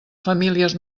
famílies